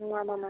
ம் ஆமாம் மேம்